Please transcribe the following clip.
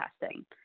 testing